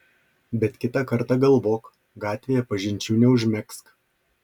bet kitą kartą galvok gatvėje pažinčių neužmegzk